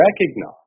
recognize